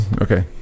Okay